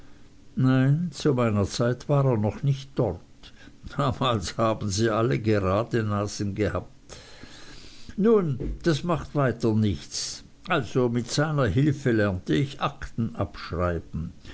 nein zu meiner zeit war er noch nicht dort damals haben sie alle grade nasen gehabt nun das macht weiter nichts also mit seiner hilfe lernte ich akten abschreiben